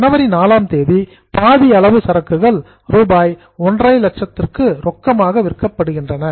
ஜனவரி 4 ஆம் தேதி பாதி அளவு சரக்குகள் ரூபாய் 150000 க்கு ரொக்கமாக விற்கப்படுகிறது